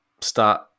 start